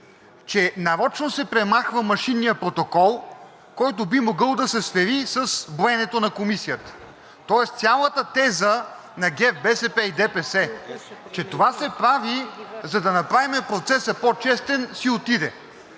че нарочно се премахва машинният протокол, който би могъл да се свери и с броенето на комисията. Тоест цялата теза на ГЕРБ, БСП и ДПС, че това се прави, за да направим процеса по-честен, си отиде.